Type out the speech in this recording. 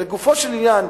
לגופו של עניין,